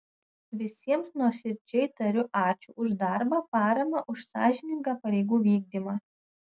visiems nuoširdžiai tariu ačiū už darbą paramą už sąžiningą pareigų vykdymą